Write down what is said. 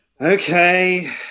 Okay